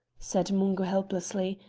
said mungo helplessly,